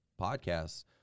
podcasts